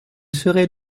serait